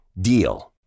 DEAL